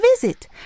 visit